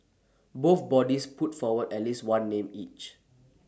both bodies put forward at least one name each